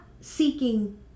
seeking